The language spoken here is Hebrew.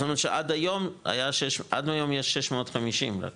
זאת אומרת, שעד היום יש 650 רק